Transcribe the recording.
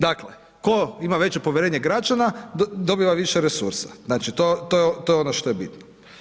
Dakle, tko ima veće povjerenje građana dobiva više resursa, znači to je ono što je bitno.